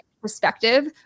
perspective